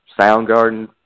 Soundgarden